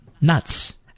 nuts